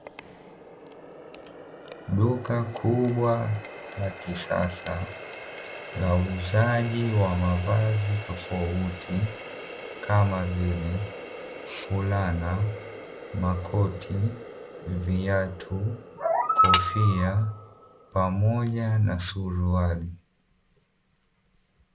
Duka kubwa la kisasa la uuzaji wa mavazi tofauti kama vile fulana, makoti, viatu, kofia pamoja na suruali.